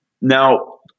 Now